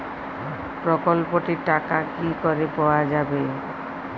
প্রকল্পটি র টাকা কি করে পাওয়া যাবে?